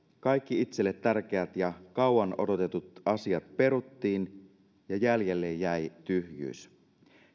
kaikki itselle tärkeät ja kauan odotetut asiat peruttiin ja jäljelle jäi tyhjyys